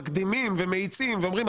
מקדימים ומאיצים ואומרים,